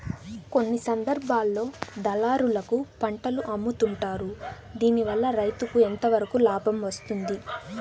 కొన్ని సందర్భాల్లో దళారులకు పంటలు అమ్ముతుంటారు దీనివల్ల రైతుకు ఎంతవరకు లాభం వస్తుంది?